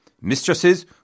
mistresses